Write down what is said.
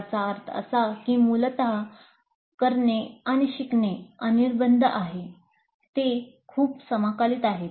याचा अर्थ असा कीं मूलत करणे आणि शिकणे अनिर्बंध आहेत ते खूप समाकलित आहेत